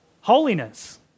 holiness